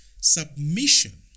submission